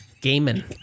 Gaming